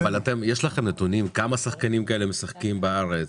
יש לכם נתונים כמה שחקנים כאלה משחקים בארץ?